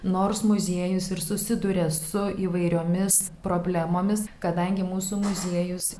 nors muziejus ir susiduria su įvairiomis problemomis kadangi mūsų muziejus